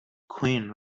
queen